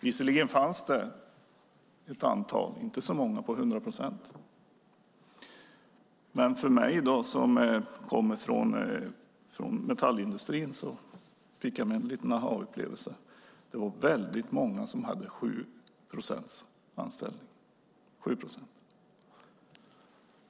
Visserligen fanns det ett antal heltider - fast inte så många procentuellt sett. Men jag som kommer från metallindustrin fick en liten aha-upplevelse. Det var väldigt många som hade 7 procents anställning.